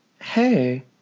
hey